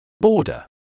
Border